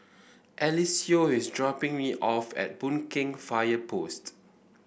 Eliseo is dropping me off at Boon Keng Fire Post